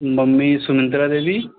mummy Sumindra Devi